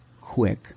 quick